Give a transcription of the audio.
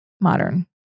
Modern